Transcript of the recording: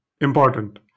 Important